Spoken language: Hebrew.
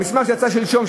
במסמך שיצא שלשום,